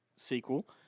sequel